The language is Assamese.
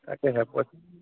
তাকেহে পাই